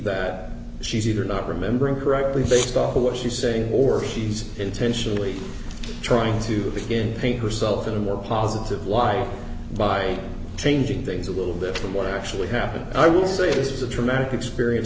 that she's either not remembering correctly based on what she's saying or he's intentionally trying to begin paying herself in a more positive light by changing things a little bit from what actually happened i will say this is a traumatic experience